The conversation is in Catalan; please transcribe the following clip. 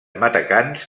matacans